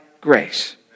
grace